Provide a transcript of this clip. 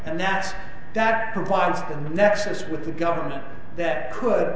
and that that provides that nexus with the government that could